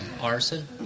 arson